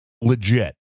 legit